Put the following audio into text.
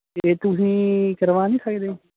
ਅਤੇ ਤੁਸੀਂ ਕਰਵਾ ਨਹੀਂ ਸਕਦੇ